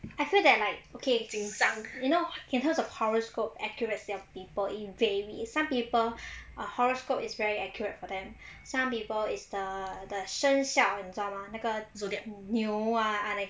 I feel that like okay you know in terms of horoscope accuracy of people it varies some people uh horoscope is very accurate for them some people is the the 生肖你知道吗那个 zodiac 牛啊那个